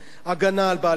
הגנה על בעלי-חיים,